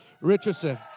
Richardson